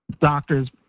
doctor's